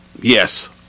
Yes